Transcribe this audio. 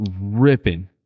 ripping